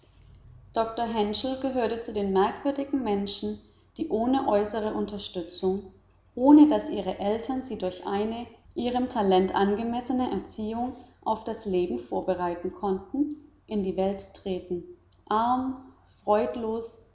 herschel gehörte zu den merkwürdigen menschen die ohne äußere unterstützung ohne daß ihre eltern sie durch eine ihrem talent angemessene erziehung auf das leben vorbereiten konnten in die welt treten arm freudlos